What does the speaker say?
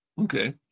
Okay